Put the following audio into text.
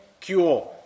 cure